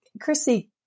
Chrissy